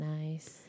nice